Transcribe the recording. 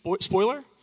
Spoiler